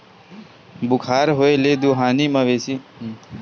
बुखार होए ले दुहानी मवेशी ह अब्बड़ बेचैन हो जाथे